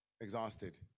exhausted